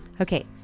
Okay